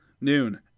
Noon